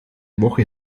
woche